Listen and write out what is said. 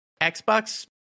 Xbox